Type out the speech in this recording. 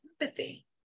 empathy